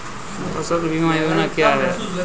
फसल बीमा योजना क्या है?